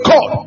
God